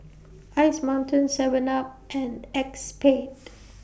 Ice Mountain Seven up and ACEXSPADE